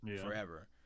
forever